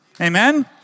Amen